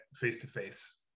face-to-face